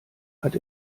hat